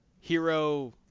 Hero